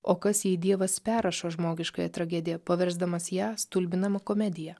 o kas jei dievas perrašo žmogiškąją tragediją paversdamas ją stulbinama komedija